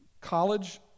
College